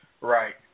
right